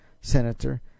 senator